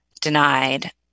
denied